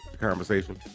conversation